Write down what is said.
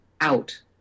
out